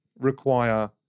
require